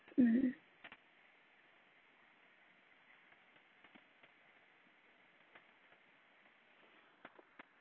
mm